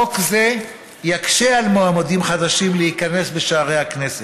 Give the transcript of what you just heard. חוק זה יקשה על מועמדים חדשים להיכנס בשערי הכנסת,